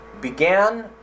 began